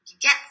get